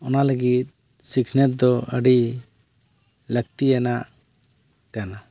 ᱚᱱᱟ ᱞᱟᱹᱜᱤᱫ ᱥᱤᱠᱷᱱᱟᱹᱛ ᱫᱚ ᱟᱹᱰᱤ ᱞᱟᱹᱠᱛᱤᱭᱟᱱᱟᱜ ᱠᱟᱱᱟ